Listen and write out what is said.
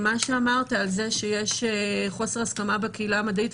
מה שאמרת על זה שיש חוסר הסכמה בקהילה המדעית,